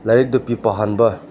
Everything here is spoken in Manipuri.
ꯂꯥꯏꯔꯤꯛꯇꯣ ꯄꯥꯍꯟꯕ